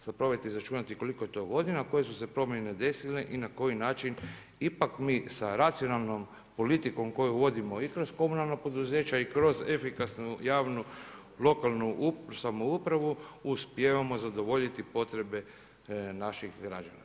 Sad probajte izračunati koliko je to godina koje su se promjene desile i na koji način ipak mi sa racionalnom politikom koju vodimo i kroz komunalna poduzeća i kroz efikasnu javnu lokalnu samoupravu uspijevamo zadovoljiti potrebe naših građana.